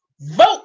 vote